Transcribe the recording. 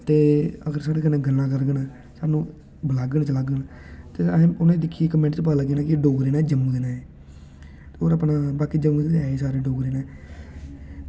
ते अगर साढ़े कन्नै गल्लां करङन सानूं बलाङन चलाङन ते उनेंगी दिक्खियै सानूं इक्क मिंट च पता चली जाना कि डोगरी न जां जम्मू दे न होर बाकी जम्मू दे गै न सारे डोगरी न